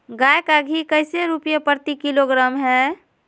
गाय का घी कैसे रुपए प्रति किलोग्राम है?